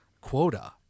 quota